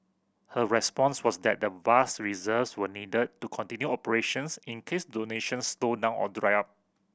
her response was that the vast reserves were needed to continue operations in case donations slowed down or dried up